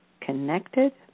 connected